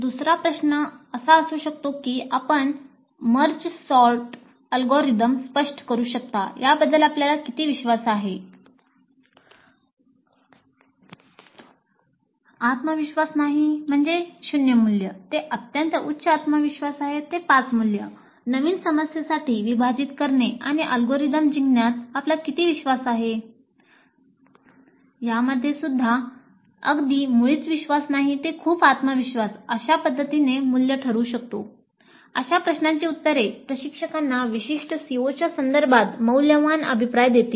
दुसरा प्रश्न असू शकतो आपण मर्ज सॉर्ट अल्गोरिदम अशा प्रश्नांची उत्तरे प्रशिक्षकांना विशिष्ट COIच्या संदर्भात मौल्यवान अभिप्राय देतील